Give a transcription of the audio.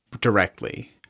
directly